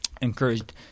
encouraged